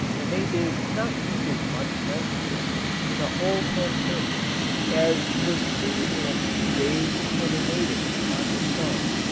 and they did not use as much nitrogen in a whole campaign as was freed in a few days' cannonading on the somme.